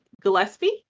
Gillespie